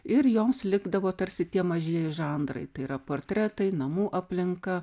ir joms likdavo tarsi tie mažieji žanrai tai yra portretai namų aplinka